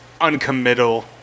uncommittal